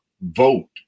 vote